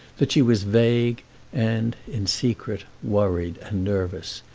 that she was vague and, in secret, worried and nervous,